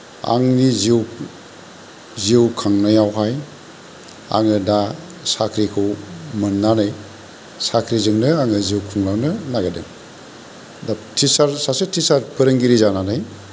आंनि जिउ जिउ खांनायावहाय आङो दा साख्रिखौ मोननानै साख्रिजोंनो आङो जिउ खुंलांनो नागिरदों दा टिचार सासे टिचार फोरोंगिरि जानानै